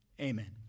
Amen